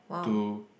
to